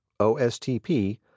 OSTP